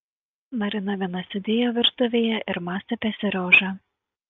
marina viena sėdėjo virtuvėje ir mąstė apie seriožą